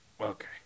Okay